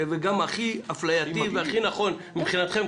וגם הכי אפלייתי והכי נכון מבחינתכם,